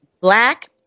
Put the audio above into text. black